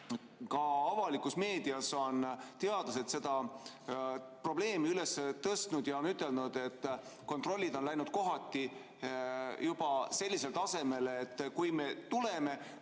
Ka avalikus meedias on teadlased selle probleemi üles tõstnud ja ütelnud, et kontrollid on läinud kohati juba sellisele tasemele, et kui me juba